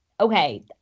okay